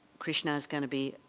krishna is going to be